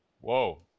Whoa